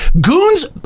Goons